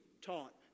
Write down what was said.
taught